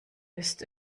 ist